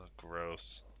gross